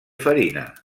farina